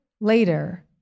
later